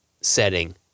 setting